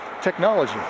technology